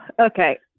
okay